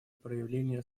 проявления